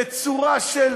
בצורה של